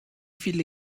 viele